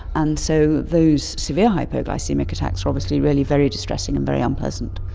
and so those severe hypoglycaemic attacks are obviously really very distressing and very unpleasant.